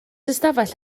ystafell